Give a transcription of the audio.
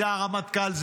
זה הרמטכ"ל,